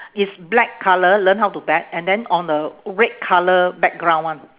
it's black colour learn how to bet and then on a red colour background [one]